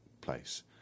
place